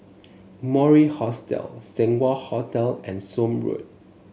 Mori Hostel Seng Wah Hotel and Somme Road